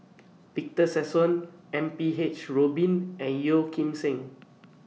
Victor Sassoon M P H Rubin and Yeo Kim Seng